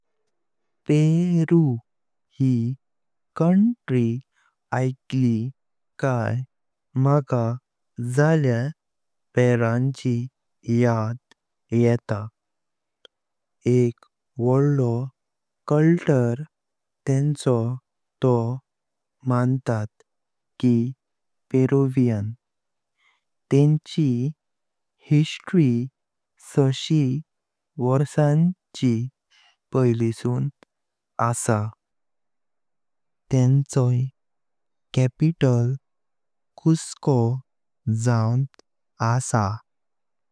पेरु ही कंट्री ऐकली काय मका जाळ्यार पेरांची याद येता। एका वडलो कल्चर तेन्चो तो हांव मंतात की पेरुइयन। तेन्ची हिस्ट्री साशि वरसाची पयलिसून आसा। तेन्ची कॅपिटल कुस्को जाऊन आसा।